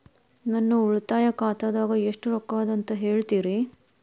ನನ್ನ ಉಳಿತಾಯ ಖಾತಾದಾಗ ಎಷ್ಟ ರೊಕ್ಕ ಅದ ಅಂತ ಹೇಳ್ತೇರಿ?